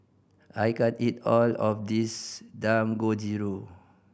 I can't eat all of this Dangojiru